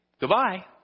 goodbye